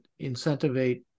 incentivate